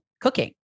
cooking